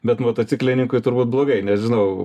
bet motociklininkui turbūt blogai nežinau